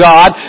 God